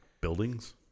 buildings